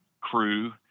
crew